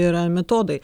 yra metodai